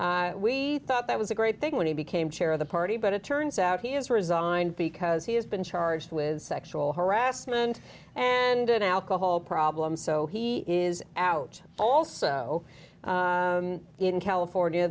know we thought that was a great thing when he became chair of the party but it turns out he has resigned because he has been charged with sexual harassment and an alcohol problem so he is out also in california